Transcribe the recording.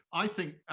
i think, i